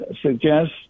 suggest